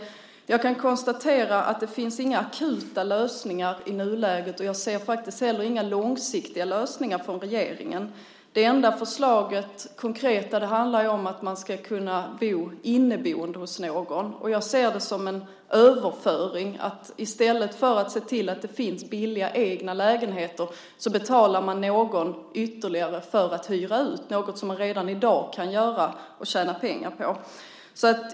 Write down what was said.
Jag kan konstatera att det inte finns några akuta lösningar i nuläget, och jag ser inte heller några långsiktiga lösningar från regeringen. Det enda konkreta förslaget handlar om att man ska kunna bo inneboende hos någon. Jag ser det som en överföring, att i stället för att se till att det finns billiga egna lägenheter betalar man någon ytterligare för att hyra ut, något som man redan i dag kan göra och tjäna pengar på.